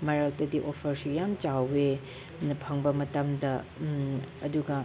ꯃꯔꯛꯇꯗꯤ ꯑꯣꯐꯔꯁꯨ ꯌꯥꯝ ꯆꯥꯎꯋꯦ ꯑꯗꯨꯅ ꯐꯪꯕ ꯃꯇꯝꯗ ꯑꯗꯨꯒ